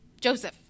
Joseph